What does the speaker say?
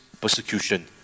persecution